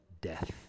death